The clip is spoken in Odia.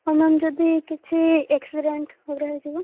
ହଁ ମ୍ୟାମ୍ ଯଦି କିଛି ଏକ୍ସିଡ଼େଣ୍ଟ୍ ହେଇଯିବ